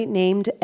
named